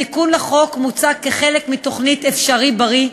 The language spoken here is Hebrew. התיקון לחוק מוצע כחלק מתוכנית "אפשריבריא",